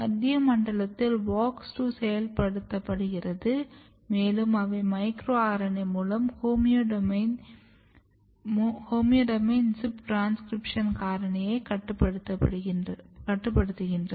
மத்திய மண்டலத்தில் WOX 2 செயல்படுத்தப்படுகிறது மேலும் அவை மைக்ரோ RNA மூலம் ஹோமியோடொமைன் சிப் ட்ரான்ஸசிரிப்ஷன் காரணியை கட்டுப்படுத்துகின்றது